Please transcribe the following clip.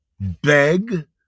beg